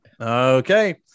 Okay